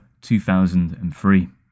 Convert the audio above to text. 2003